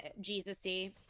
Jesus-y